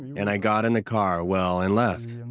and i got in the car, well, and left.